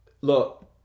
look